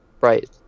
Right